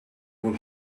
will